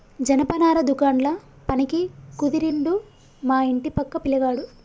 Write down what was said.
జనపనార దుకాండ్ల పనికి కుదిరిండు మా ఇంటి పక్క పిలగాడు